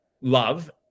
love